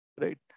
right